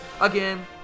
Again